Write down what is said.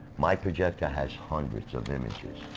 my projector has hundreds of images.